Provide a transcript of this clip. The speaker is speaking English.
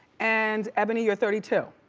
and ebony, you're thirty two.